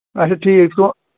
اچھا ٹھیٖک سُہ